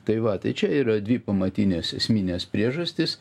tai va tai čia yra dvi pamatinės esminės priežastys